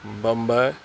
Mumbai